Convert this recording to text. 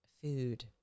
food